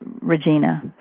Regina